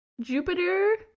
Jupiter